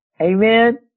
Amen